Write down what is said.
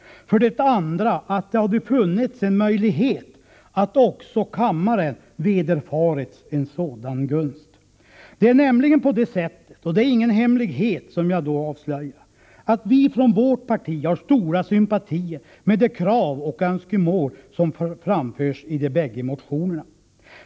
För det andra: Det borde ha funnits en möjlighet också för kammaren att vederfaras en sådan gunst. Det är nämligen så — och det är ingen hemlighet jag nu avslöjar — att vi i vårt parti har stora sympatier för de krav och önskemål som framförs i de båda motionerna.